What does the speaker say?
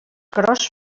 gros